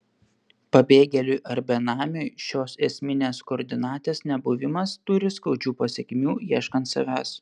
pabėgėliui ar benamiui šios esminės koordinatės nebuvimas turi skaudžių pasekmių ieškant savęs